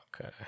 okay